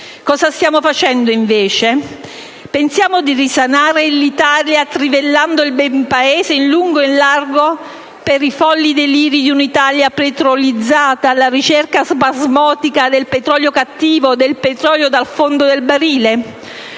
Cosa stiamo facendo invece? Pensiamo di risanare l'Italia trivellando il Paese in lungo e in largo per i folli deliri di un'Italia petrolizzata, alla ricerca spasmodica del petrolio cattivo, del petrolio del fondo del barile?